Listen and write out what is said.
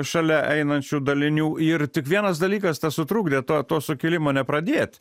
šalia einančių dalinių ir tik vienas dalykas tesutrukdė tą to sukilimo nepradėt